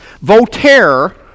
Voltaire